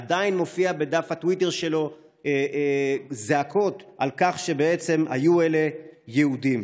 עדיין מופיעות בדף הטוויטר שלו זעקות על כך שהיו אלה יהודים.